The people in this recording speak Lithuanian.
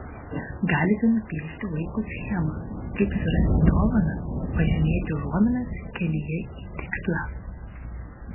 galite nupiešti vaikui schemą kaip surasti dovaną pažymėti užuominas kelyje į tikslą